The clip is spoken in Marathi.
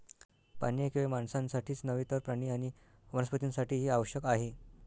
पाणी हे केवळ माणसांसाठीच नव्हे तर प्राणी आणि वनस्पतीं साठीही आवश्यक आहे